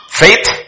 Faith